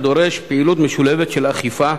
הדורש פעילות משולבת של אכיפה,